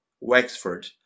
Wexford